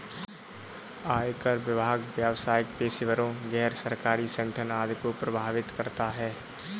आयकर विभाग व्यावसायिक पेशेवरों, गैर सरकारी संगठन आदि को प्रभावित करता है